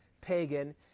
pagan